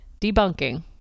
Debunking